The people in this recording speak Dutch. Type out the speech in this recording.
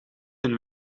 een